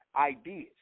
Ideas